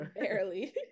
Barely